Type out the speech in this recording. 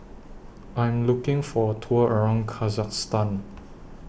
I Am looking For A Tour around Kyrgyzstan